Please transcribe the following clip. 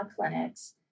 clinics